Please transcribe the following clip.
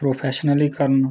प्रोफैश नली करन